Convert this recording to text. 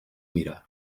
mira